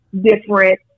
different